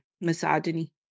misogyny